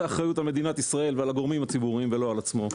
האחריות על מדינת ישראל ועל הגורמים הציבוריים ולא על עצמו.